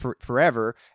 forever